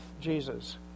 Jesus